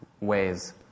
ways